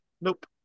Nope